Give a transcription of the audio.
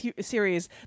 series